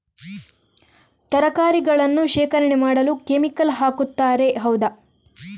ತರಕಾರಿಗಳನ್ನು ಶೇಖರಣೆ ಮಾಡಲು ಕೆಮಿಕಲ್ ಹಾಕುತಾರೆ ಹೌದ?